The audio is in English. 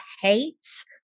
hates